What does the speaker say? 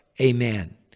Amen